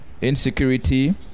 Insecurity